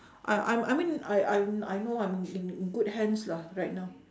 I I m~ I mean I I I know I'm in in in good hands lah right now